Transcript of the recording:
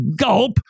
Gulp